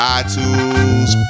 iTunes